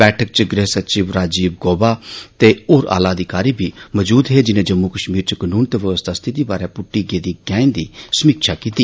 बैठक च गृहसचिव राजिव गौबा ते होर आला अधिकारी बी मौजूद हे जिनें जम्मू कश्मीर च कनून ते व्यवस्था स्थिति बारै पुष्टी गेदी गैंऽ दी समीक्षा कीती